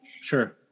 sure